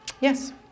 Yes